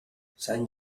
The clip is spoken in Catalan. sant